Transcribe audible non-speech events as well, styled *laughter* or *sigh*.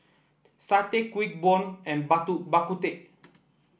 Satay Kuih Bom and Bak *unintelligible* Bak Kut Teh